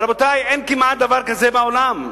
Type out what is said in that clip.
רבותי, אין כמעט דבר כזה בעולם.